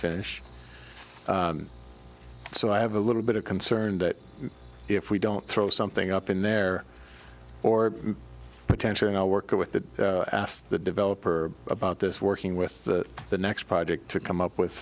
finish so i have a little bit of concern that if we don't throw something up in there or potentially i'll work with that asked the developer about this working with the next project to come up with